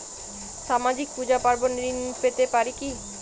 সামাজিক পূজা পার্বণে ঋণ পেতে পারে কি?